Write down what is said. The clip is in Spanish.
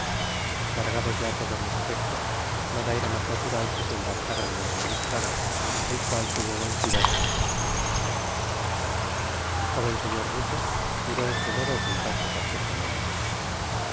cargados ya todos los efectos nada era mas natural que se embarcara mi administrador el cual tuvo buen cuidado de hacerlo el jóven sefier ruso pudo de este modo ocultarse perfectamente